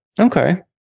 okay